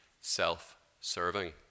self-serving